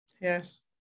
Yes